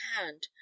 hand